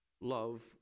love